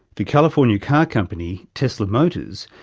the california car company, tesla motors,